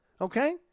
Okay